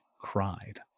cried